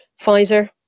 pfizer